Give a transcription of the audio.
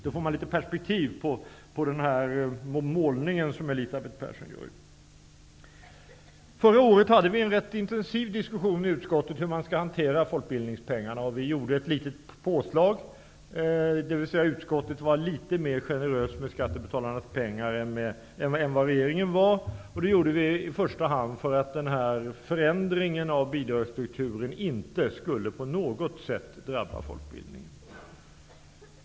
Då får man litet perspektiv på den målning som Elisabeth Förra året hade vi en ganska intensiv diskussion i utskottet om hur man skall hantera folkbildningspengarna. Vi gjorde ett litet påslag, dvs. utskottet var litet mer generöst med skattebetalarnas pengar än regeringen. Vi gjorde detta påslag i första hand för att denna förändring av bidragsstrukturen inte på något sätt skulle drabba folkbildningen.